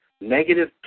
Negative